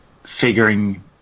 Figuring